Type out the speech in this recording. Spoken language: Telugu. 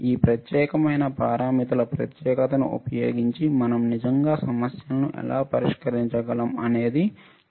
ఈ ప్రత్యేకమైన పారామితుల ప్రత్యేకతను ఉపయోగించి మనం నిజంగా సమస్యలను ఎలా పరిష్కరించగలం అనేది చూస్తాం